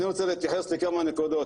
אני רוצה להתייחס לכמה נקודות,